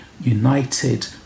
united